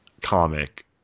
comic